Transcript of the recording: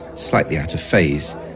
slightly out of phase,